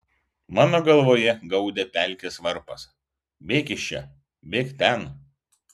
mano galvoje gaudė pelkės varpas bėk iš čia bėk ten